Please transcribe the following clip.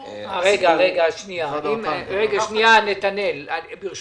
שנייה, נתנאל, ברשותך.